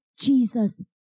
Jesus